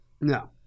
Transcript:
No